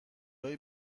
های